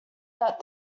that